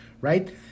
right